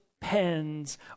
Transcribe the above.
pens